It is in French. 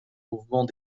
mouvement